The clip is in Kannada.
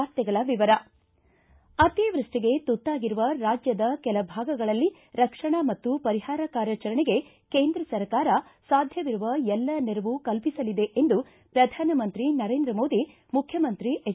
ವಾರ್ತೆಗಳ ವಿವರ ಅತಿವೃಷ್ಷಿಗೆ ತುತ್ತಾಗಿರುವ ರಾಜ್ಯದ ಕೆಲ ಭಾಗಗಳಲ್ಲಿ ರಕ್ಷಣಾ ಮತ್ತು ಪರಿಹಾರ ಕಾರ್ಯಾಚರಣೆಗೆ ಕೇಂದ್ರ ಸರ್ಕಾರ ಸಾಧ್ಯವಿರುವ ಎಲ್ಲ ನೆರವು ಕಲ್ಪಿಸಲಿದೆ ಎಂದು ಪ್ರಧಾನಮಂತ್ರಿ ನರೇಂದ್ರ ಮೋದಿ ಮುಖ್ಯಮಂತ್ರಿ ಎಚ್